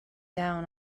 down